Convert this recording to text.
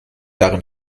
darin